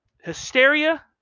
hysteria